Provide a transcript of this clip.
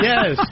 Yes